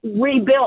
rebuilt